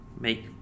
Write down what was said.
make